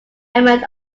element